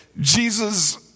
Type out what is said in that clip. Jesus